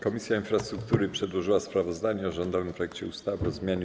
Komisja Infrastruktury przedłożyła sprawozdanie o rządowym projekcie ustawy o zmianie